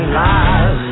lies